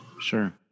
Sure